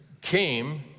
came